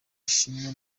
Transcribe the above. ishimwe